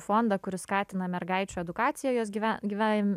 fondą kuris skatina mergaičių edukaciją jos gyve gyven